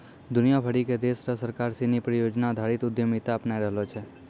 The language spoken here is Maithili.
दुनिया भरी के देश र सरकार सिनी परियोजना आधारित उद्यमिता अपनाय रहलो छै